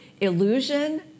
Illusion